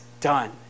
done